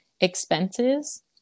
expenses